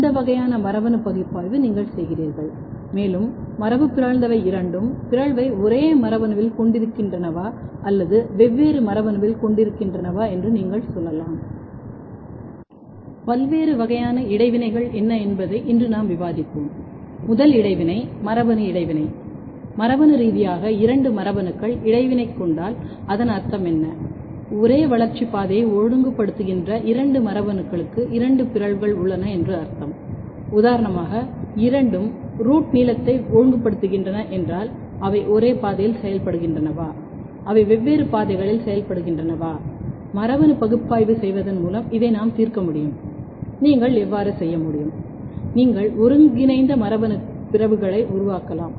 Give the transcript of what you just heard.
இந்த வகையான மரபணு பகுப்பாய்வு நீங்கள் செய்கிறீர்கள் மேலும் மரபுபிறழ்ந்தவை இரண்டும் பிறழ்வை ஒரே மரபணுவில் கொண்டிருக்கின்றனவா அல்லது வெவ்வேறு மரபணுவில் கொண்டிருக்கின்றனவா என்று நீங்கள் சொல்லலாம்